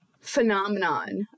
phenomenon